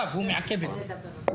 הוא מעכב את זה עכשיו.